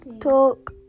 talk